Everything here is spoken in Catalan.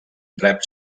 rep